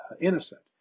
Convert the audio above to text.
innocent